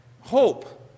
Hope